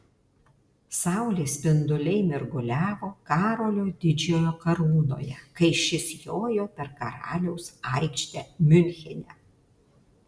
saulės spinduliai mirguliavo karolio didžiojo karūnoje kai šis jojo per karaliaus aikštę miunchene